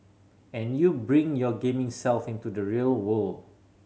and you bring your gaming self into the real world